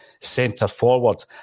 centre-forward